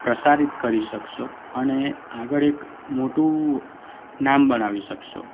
પ્રસારિત કરી શકશો અને આગળ એક મોટું નામ બનાવી શકશો